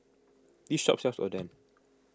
this shop sells Oden